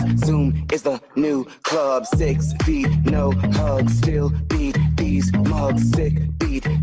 zoom is the new club six feet, no hugs still beat these mugs sick beat,